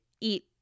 eat